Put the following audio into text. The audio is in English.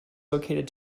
located